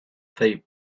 they